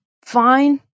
fine